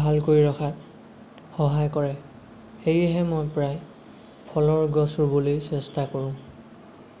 ভালকৈ ৰখাত সহায় কৰে সেয়েহে মই প্ৰায় ফলৰ গছ ৰুবলৈ চেষ্টা কৰোঁ